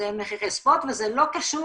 וזה לא קשור,